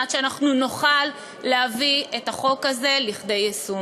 שאנחנו נוכל להביא את החוק הזה לכדי יישום.